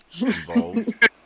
involved